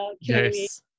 Yes